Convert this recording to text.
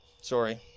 Sorry